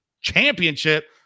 Championship